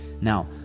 Now